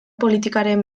politikaren